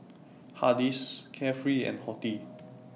Hardy's Carefree and Horti